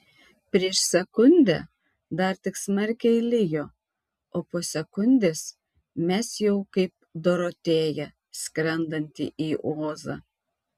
prieš sekundę dar tik smarkiai lijo o po sekundės mes jau kaip dorotėja skrendanti į ozą